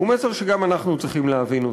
הוא מסר שגם אנחנו צריכים להבין.